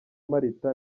marita